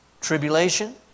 Tribulation